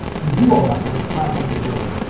we do all that for a flat monthly rate.